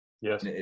Yes